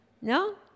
No